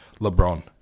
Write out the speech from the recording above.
LeBron